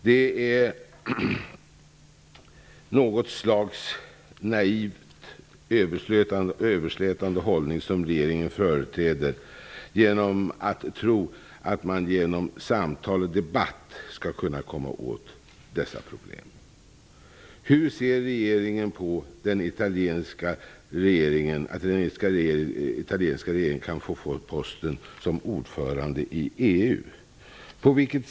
Det är något slags naiv överslätande hållning som regeringen företräder, att tro att man genom samtal och debatt skall kunna komma åt detta problem. Hur ser regeringen på att italienska regeringen kan få posten som ordförande i EU?